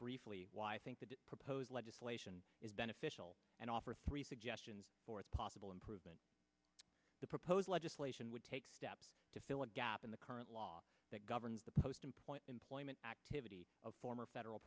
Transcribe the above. briefly why i think the proposed legislation is beneficial and offer three suggestions for possible improvement the proposed legislation would take steps to fill a gap in the current law that governs the post in point employment activity of former federal